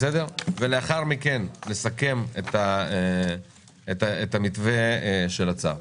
לאחר מכן נסכם את המתווה של הצו.